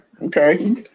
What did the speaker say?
okay